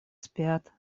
спят